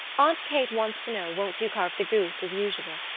aunt kate wants to know won't you carve the goose as usual.